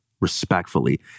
respectfully